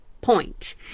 point